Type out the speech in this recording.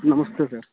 नमस्ते सर